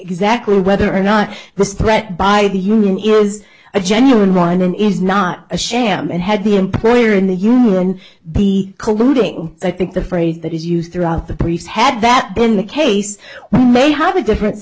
exactly whether or not this threat by the union is a genuine rainham is not a sham and had the employer in the union be colluding i think the phrase that is used throughout the briefs had that been the case we may have a different